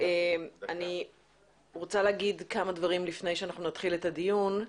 אני רוצה להגיד כמה דברים לפני שאנחנו נתחיל את הדיון.